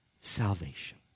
salvation